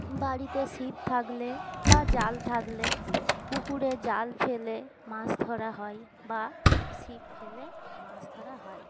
বাড়িতে ছিপ থাকলে বা জাল থাকলে পুকুরে জাল ফেলে মাছ ধরা হয় বা ছিপ ফেলে মাছ ধরা হয়